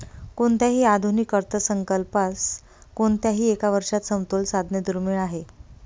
कोणत्याही आधुनिक अर्थसंकल्पात कोणत्याही एका वर्षात समतोल साधणे दुर्मिळ आहे